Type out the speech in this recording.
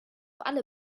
alle